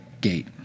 gate